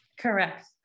Correct